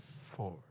four